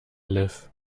live